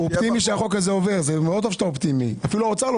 זה מאוד טוב שאתה אופטימי; אפילו האוצר לא